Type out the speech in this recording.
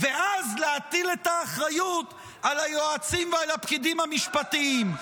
ואז להטיל את האחריות על היועצים ועל הפקידים המשפטיים.